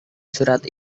surat